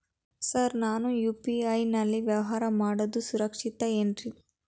Sir ನಾನು UPI ನಲ್ಲಿ ವ್ಯವಹಾರ ಮಾಡೋದು ಸುರಕ್ಷಿತ ಏನ್ರಿ?